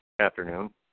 afternoon